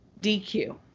DQ